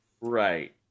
right